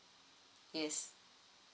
yes